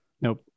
Nope